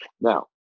Now